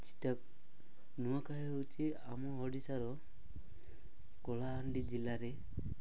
ସିଟା ନୂଆଖାଇ ହେଉଛି ଆମ ଓଡ଼ିଶାର କଳାହାଣ୍ଡି ଜିଲ୍ଲାରେ